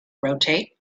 rotate